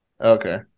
Okay